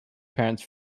parents